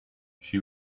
she